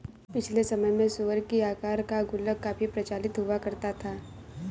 पिछले समय में सूअर की आकार का गुल्लक काफी प्रचलित हुआ करता था